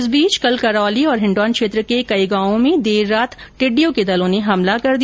इस बीच कल करौली और हिण्डौन क्षेत्र के कई गांवों में देर रात टिडिंडयों के दलों ने हमला कर दिया